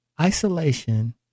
Isolation